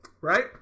Right